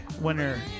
winner